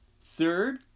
Third